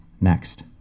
next